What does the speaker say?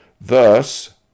Thus